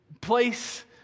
place